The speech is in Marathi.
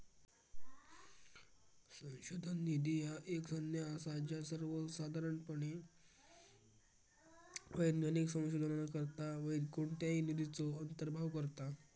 संशोधन निधी ह्या एक संज्ञा असा ज्या सर्वोसाधारणपणे वैज्ञानिक संशोधनाकरता कोणत्याही निधीचो अंतर्भाव करता